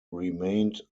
remained